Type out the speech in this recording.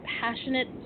passionate